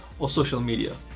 or social media?